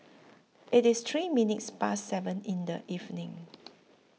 IT IS three minutes Past seven in The evening